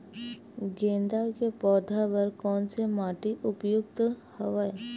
गेंदा के पौधा बर कोन से माटी उपयुक्त हवय?